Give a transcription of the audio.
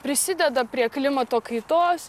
prisideda prie klimato kaitos